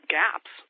gaps